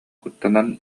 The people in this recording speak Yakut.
куттанан